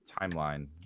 timeline